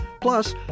Plus